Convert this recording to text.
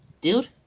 dude